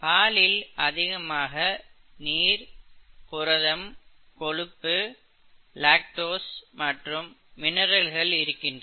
பாலில் அதிகமாக நீர் புரதம் கொழுப்பு லாக்டோஸ் மற்றும் மினரல்கள் இருக்கின்றன